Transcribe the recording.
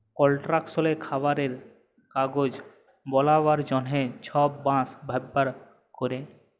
কলস্ট্রাকশলে, খাবারে, কাগজ বালাবার জ্যনহে ছব বাঁশ ব্যাভার ক্যরে